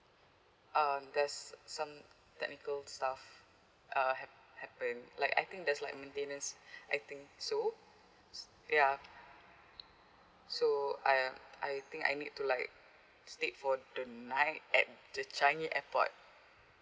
um there's some technical stuff uh hap~ happened like I think there's like maintenance I think so ya so um I think I need to like stayed for the night at the changi airport